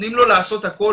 נותנים לו לעשות הכול.